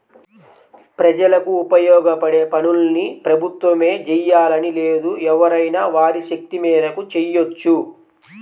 ప్రజలకు ఉపయోగపడే పనుల్ని ప్రభుత్వమే జెయ్యాలని లేదు ఎవరైనా వారి శక్తి మేరకు చెయ్యొచ్చు